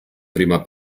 prima